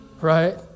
Right